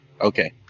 Okay